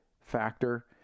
factor